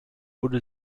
wurde